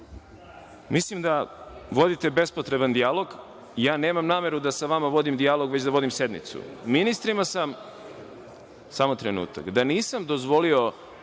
Mislim da vodite bespotreban dijalog i ja nemam nameru da sa vama vodim dijalog, već da vodim sednicu. Ministrima sam, samo trenutak.(Saša Radulović,